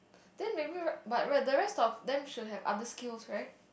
then maybe right~ by right the rest got then should have other skills right